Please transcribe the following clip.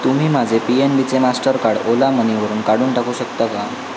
तुम्ही माझे P N बीचे मास्टरकार्ड ओला मनीवरून काढून टाकू शकता का